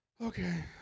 okay